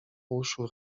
uszu